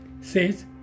says